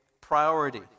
Priority